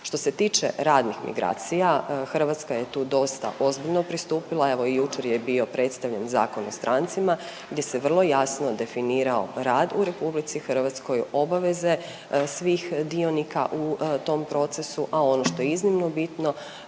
Što se tiče radnih migracija Hrvatska je tu dosta ozbiljno pristupila, evo i jučer je bio predstavljen Zakon o strancima gdje se vrlo jasno definirao rad u RH, obaveze svih dionika u tom procesu, a ono što je iznimno bitno